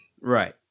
Right